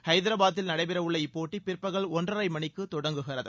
ஹைதராபாதில் நடைபெறவுள்ள இப்போட்டி பிற்பகல் ஒன்றரை மணிக்கு தொடங்குகிறது